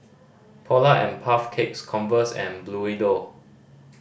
Polar and Puff Cakes Converse and Bluedio